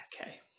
okay